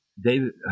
David